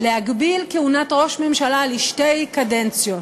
להגביל כהונת ראש ממשלה לשתי קדנציות.